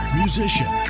musician